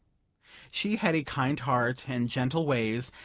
she had a kind heart and gentle ways,